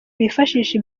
bifashisha